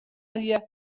asia